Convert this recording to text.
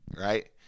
right